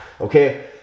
Okay